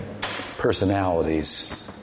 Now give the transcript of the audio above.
personalities